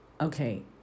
Okay